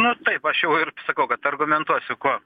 na taip aš jau ir sakau kad argumentuosiu ko